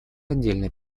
отдельный